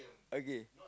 okay